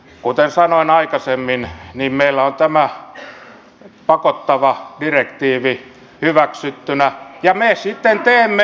kuten sanoin aikaisemmin meillä on tämä pakottava direktiivi hyväksyttynä ja me sitten teemme